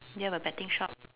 do you have a betting shop